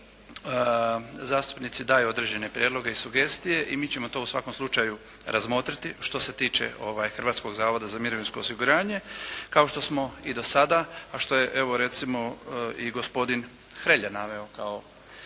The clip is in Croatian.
zastupnici daju određene prijedloge i sugestije i mi ćemo to u svakom slučaju razmotriti što se tiče Hrvatskog zavoda za mirovinsko osiguranje. Kao što smo i do sada, a što je evo recimo i gospodin Hrelja naveo ispred